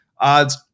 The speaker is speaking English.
odds